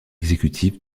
exécutif